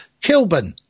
Kilburn